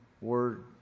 word